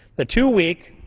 the two-week,